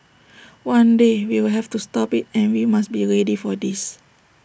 one day we will have to stop IT and we must be ready for this